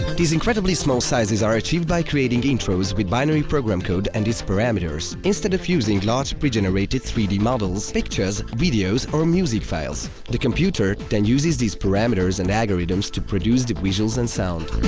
these incredibly small sizes are achieved by creating intros with binary program code and its parameters instead of using large pre-generated three d models, pictures, videos, or music files. the computer then uses these parameters and algorithms to produce the visuals and sound.